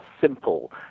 simple